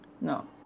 No